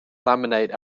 laminate